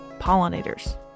pollinators